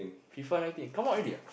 F_I_F_A Nineteen come out already ah